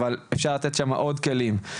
אבל אפשר לתת שם עוד כלים.